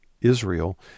Israel